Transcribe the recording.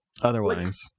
otherwise